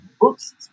books